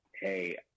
Hey